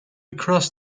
across